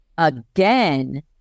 Again